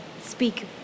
speak